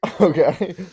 Okay